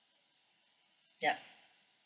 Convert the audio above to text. yup